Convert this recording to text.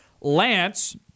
Lance